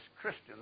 Christian